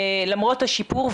למרות השיפור.